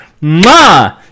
Ma